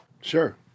Sure